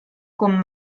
con